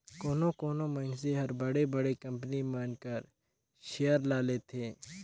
कोनो कोनो मइनसे हर बड़े बड़े कंपनी मन कर सेयर ल लेथे